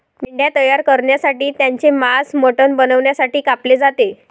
मेंढ्या तयार करण्यासाठी त्यांचे मांस मटण बनवण्यासाठी कापले जाते